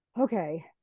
Okay